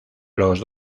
los